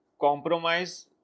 compromise